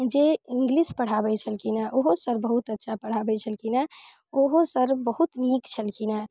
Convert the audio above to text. जे इंग्लिश पढ़ाबै छलखिन हँ ओहो सर बहुत अच्छा पढ़ाबै छलखिन हँ ओहो सर बहुत नीक छलखिन हँ